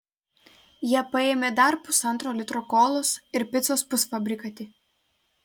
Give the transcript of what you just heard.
jie paėmė dar pusantro litro kolos ir picos pusfabrikatį